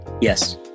yes